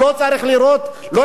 לא את המוצא שלו,